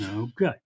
Okay